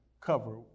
cover